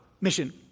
mission